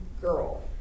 girl